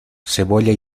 cebolla